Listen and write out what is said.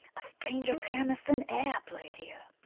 a stranger pyramus than e'er played here!